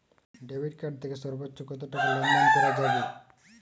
Debit card থেকে সর্বোচ্চ কত টাকা লেনদেন করা যাবে?